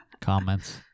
Comments